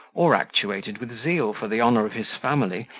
or actuated with zeal for the honour of his family,